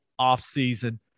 offseason